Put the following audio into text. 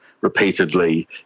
repeatedly